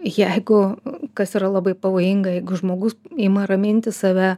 jeigu kas yra labai pavojinga jeigu žmogus ima raminti save